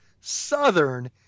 Southern